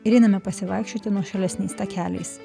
ir einame pasivaikščioti nuošalesniais takeliais